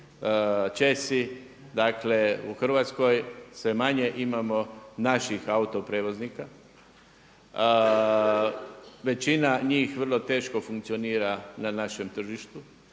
Česi, dakle u Hrvatskoj sve manje imamo naših autoprevoznika, većina njih vrlo teško funkcionira na našem tržištu